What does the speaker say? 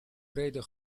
brede